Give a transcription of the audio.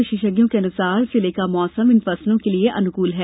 विशेषज्ञों के मुताबिक जिले का मौसम इन फसलों के अनुकूल है